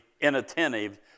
inattentive